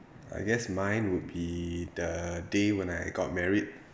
I guess mine would be the day when I got married